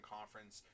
Conference